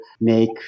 make